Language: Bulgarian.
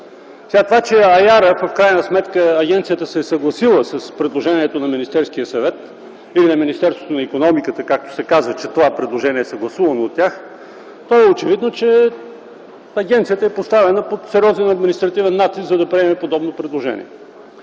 (АЯР) в крайна сметка се е съгласила с предложението на Министерския съвет или на Министерството на икономиката, както се каза, че това предложение е съгласувано от тях, то е очевидно, че агенцията е поставена под сериозен административен натиск, за да приеме подобно предложение.